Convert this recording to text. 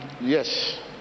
Yes